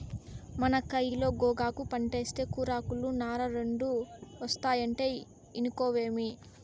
మన కయిలో గోగాకు పంటేస్తే కూరాకులు, నార రెండూ ఒస్తాయంటే ఇనుకోవేమి